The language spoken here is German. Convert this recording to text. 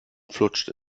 flutscht